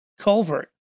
culvert